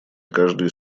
каждой